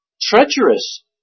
treacherous